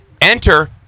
Enter